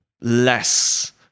less